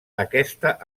aquesta